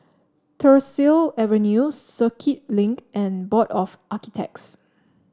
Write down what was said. Tyersall Avenue Circuit Link and Board of Architects